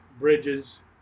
bridges